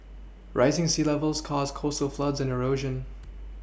rising sea levels cause coastal floods and erosion